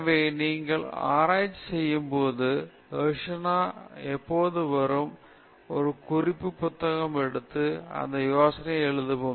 எனவே நீங்கள் ஆராய்ச்சி செய்யும் போது தர்ஷனா வரும் போது ஒரு குறிப்பு புத்தகம் எடுத்து இந்த யோசனை எழுதவும்